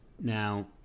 Now